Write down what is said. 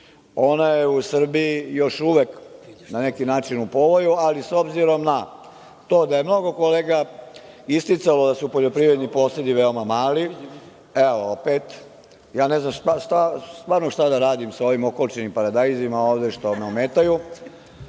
Ona je u Srbiji još uvek na neki način u povoju, ali s obzirom na to da je mnogo kolega isticalo da su poljoprivredni posedi veoma mali…evo opet, ja ne znam stvarno šta da radim sa ovim okačenim paradajzima ovde što me ometaju,